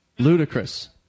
ludicrous